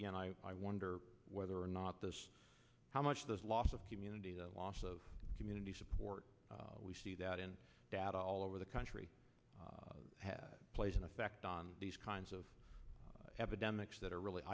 again i wonder whether or not this how much of this loss of community the loss of community support we see that in data all over the country plays an effect on these kinds of epidemics that are really